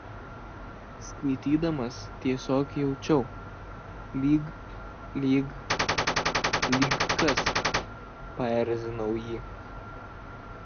skaitydamas tiesiog jaučiau lyg lyg lyg kas paerzinau jį